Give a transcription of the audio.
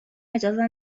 اجازه